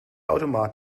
automat